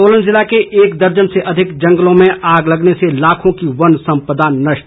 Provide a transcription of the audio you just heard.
सोलन जिले के एक दर्जन से अधिक जंगलों में आग लगने से लाखों की वन सम्पदा नष्ट